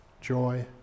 joy